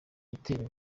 ibitego